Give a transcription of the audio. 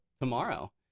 tomorrow